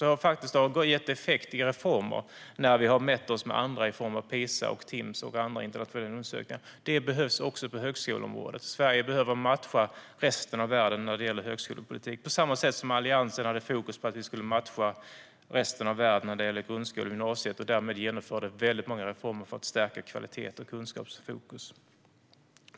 Det har faktiskt börjat ge effekt i reformer när vi har mätt oss med andra i form av PISA, Timss och andra internationella undersökningar. Det behövs också på högskoleområdet. Sverige behöver matcha resten av världen när det gäller högskolepolitik, på samma sätt som Alliansen hade fokus på att vi skulle matcha resten av världen när det gällde grundskolan och gymnasiet och därmed genomförde många reformer för att stärka kvalitet och kunskapsfokus.